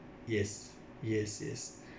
yes yes yes